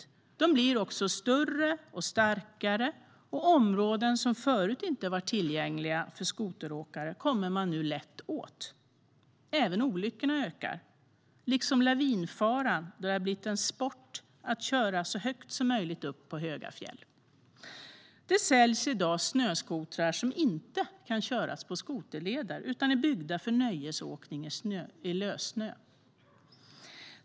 Skotrarna blir också större och starkare, och områden som förut inte var tillgängliga för skoteråkare kommer man nu lätt åt. Även olyckorna ökar - liksom lavinfaran, då det har blivit en sport att köra så högt som möjligt uppför höga fjäll. Det säljs i dag snöskotrar som inte kan köras på skoterleder utan är byggda för nöjesåkning i lössnö.